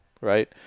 right